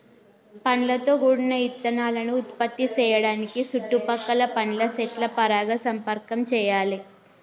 పండ్లతో గూడిన ఇత్తనాలను ఉత్పత్తి సేయడానికి సుట్టు పక్కల పండ్ల సెట్ల పరాగ సంపర్కం చెయ్యాలే